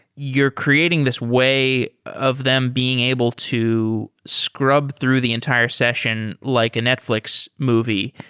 you're creating this way of them being able to scrub through the entire session like a netflix movie.